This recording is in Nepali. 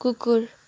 कुकुर